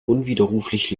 unwiderruflich